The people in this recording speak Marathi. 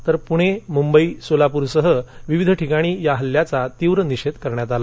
तर पूण मुंबई सोलापूर सह विविध ठिकाणी या हल्ल्याचा तीव्र निषध्तकरण्यात आला